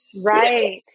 right